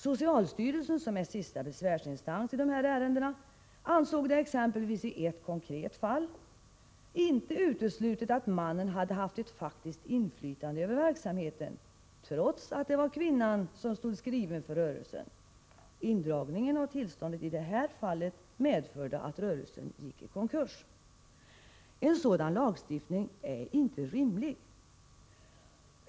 Socialstyrelsen, som är sista besvärsinstans i dessa ärenden, ansåg det exempelvis i ett fall ”inte uteslutet att mannen hade ett faktiskt inflytande över verksamheten”, trots att det var kvinnan som stod skriven för rörelsen. Indragningen av tillståndet i det fallet medförde att rörelsen gick i konkurs. En sådan lagstiftning är inte rimlig!